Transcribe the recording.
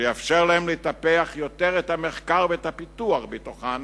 שיאפשר להן לטפח יותר את המחקר ואת הפיתוח בתוכן